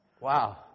Wow